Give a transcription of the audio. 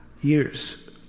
years